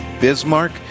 Bismarck